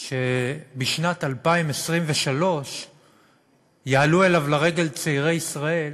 שבשנת 2023 יעלו אליו לרגל צעירי ישראל